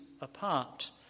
apart